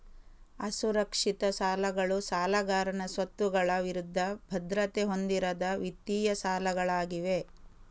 ಅಸುರಕ್ಷಿತ ಸಾಲಗಳು ಸಾಲಗಾರನ ಸ್ವತ್ತುಗಳ ವಿರುದ್ಧ ಭದ್ರತೆ ಹೊಂದಿರದ ವಿತ್ತೀಯ ಸಾಲಗಳಾಗಿವೆ